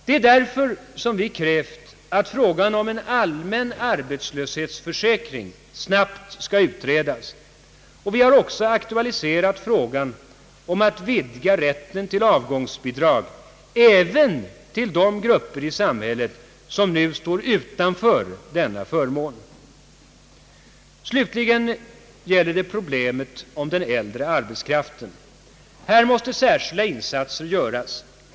Det är därför vi krävt att frågan om en allmän arbetslöshetsförsäkring snabbt skall utredas, liksom vi aktualiserat frågan om att vidga rätten till avgångsbidrag till att omfatta även de grupper i samhället som nu står utanför denna förmån. Slutligen gäller det problemet med den äldre arbetskraften. Här måste särskilda insatser göras.